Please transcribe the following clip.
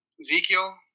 Ezekiel